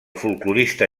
folklorista